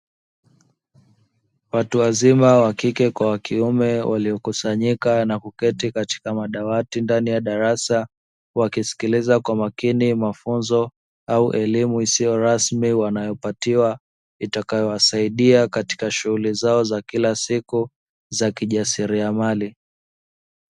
Watu wazima wakike kwa wakiume waliokusanyika na kuketi katika madawati ndani ya darasa wakisikiliza kwa makini mafunzo au elimu isiyo rasmi wanayopatiwa itakayowasaidia katika shughuli zao za kila siku za kijasiriamali.